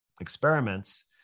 experiments